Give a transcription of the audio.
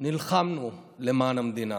נלחמנו למען המדינה.